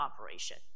operation